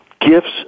gifts